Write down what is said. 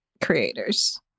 creators